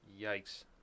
yikes